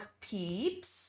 peeps